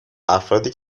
افرادی